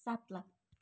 सात लाख